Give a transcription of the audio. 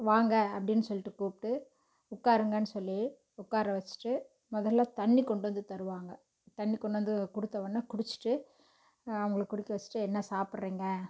வாங்க அப்படின்னு சொல்லிட்டு கூப்பிட்டு உட்காருங்கன்னு சொல்லி உட்கார வச்சுட்டு முதல்ல தண்ணிக் கொண்டு வந்து தருவாங்க தண்ணிக் கொண்டு வந்து கொடுத்தவொன்னே குடித்துட்டு அவங்கள குடிக்க வச்சுட்டு என்ன சாப்பிட்றிங்க